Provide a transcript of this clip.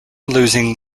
losing